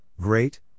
great